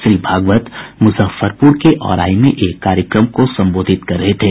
श्री भागवत मुजफ्फरपुर के औराई में एक कार्यक्रम को संबोधित कर रहे थे